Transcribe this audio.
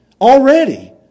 already